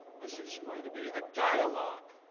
this is going to be a dialogue.